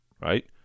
right